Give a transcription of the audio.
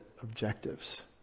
objectives